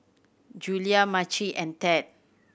Julia Maci and Ted